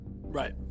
right